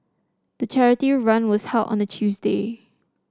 the charity run was held on a Tuesday